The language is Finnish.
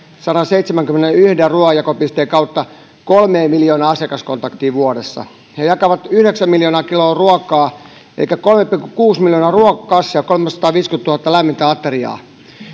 sataanseitsemäänkymmeneenyhteen ruuanjakopisteen kautta kolmeen miljoonaan asiakaskontaktiin vuodessa he jakavat yhdeksän miljoonaa kiloa ruokaa elikkä kolme pilkku kuusi miljoonaa ruokakassia ja kolmesataaviisikymmentätuhatta lämmintä ateriaa